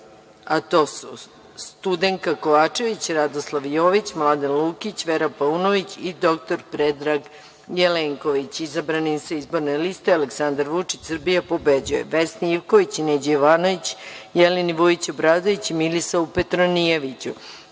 a to su: Studenka Kovačević, Radoslav Jović, Mladen Lukić, Vera Paunović i dr Predrag Jelenković, izabrani sa Izborne liste Aleksandar Vučić – Srbija pobeđuje, Vesna Ivković, Neđo Jovanović, Jelena Vujić Obradović i Milisav Petronijević,